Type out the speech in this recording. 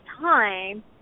time